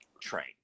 train